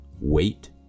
Wait